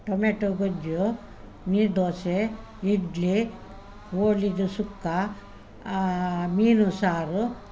tomato ಗೊಜ್ಜು ನೀರು ದೋಸೆ ಇಡ್ಲಿ ಕೋಳಿದು ಸುಕ್ಕ ಮೀನು ಸಾರು